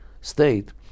state